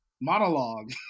monologue